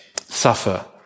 Suffer